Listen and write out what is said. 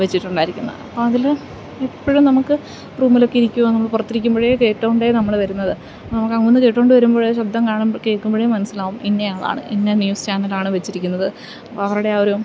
വെച്ചിട്ടുണ്ടായിരിക്കുന്നത് അപ്പോൾ അതിൽ എപ്പോഴും നമുക്ക് റൂമിലൊക്കെ ഇരിക്കുവാ പുറത്തിരിക്കുമ്പോൾ കേട്ടോണ്ടെ നമ്മൾ വരുന്നത് നമുക്ക് അങ്ങന്ന് കേട്ടോണ്ട് വരുമ്പോൾ ശബ്ദം കാണുമ്പോൾ കേൾക്കുമ്പോൾ മനസ്സിലാവും ഇന്ന ആളാണ് ഇന്നെ ന്യൂസ് ചാനലാണ് വെച്ചിരിക്കുന്നത് അവരുടെ ആ ഒരു